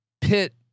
Pitt